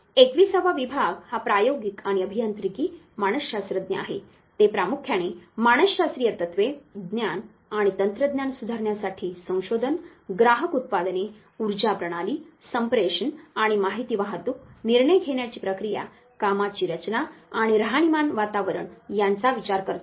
21 वा विभाग हा प्रायोगिक आणि अभियांत्रिकी मानसशास्त्रज्ञ आहे ते प्रामुख्याने मानसशास्त्रीय तत्त्वे ज्ञान आणि तंत्रज्ञान सुधारण्यासाठी संशोधन ग्राहक उत्पादने उर्जा प्रणाली संप्रेषण आणि माहिती वाहतूक निर्णय घेण्याची प्रक्रिया कामाची रचना आणि राहणीमान वातावरण यांचा विचार करतात